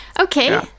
Okay